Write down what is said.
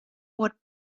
what